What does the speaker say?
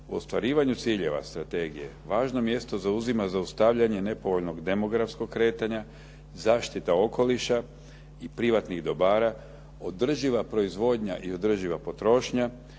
U ostvarivanju ciljeva strategije važno mjesto zauzima zaustavljanje nepovoljnog demografskog kretanja, zaštita okoliša i privatnih dobara, održiva proizvodnja i održiva potrošnja,